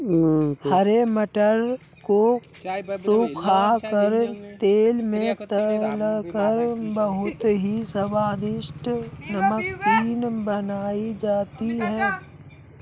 हरे मटर को सुखा कर तेल में तलकर बहुत ही स्वादिष्ट नमकीन बनाई जाती है